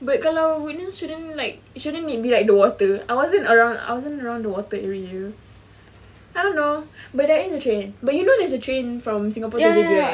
but kalau woodlands shouldn't like it be like the water wasn't around the water area I don't know but I in the train but you know there's a train from singapore to J_B right